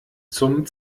zum